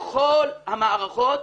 בכל המערכות,